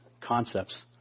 concepts